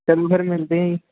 ਚਲੋ ਫਿਰ ਮਿਲਦੇ ਹਾਂ ਜੀ